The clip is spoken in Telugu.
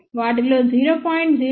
వాటిలో 0